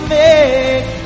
make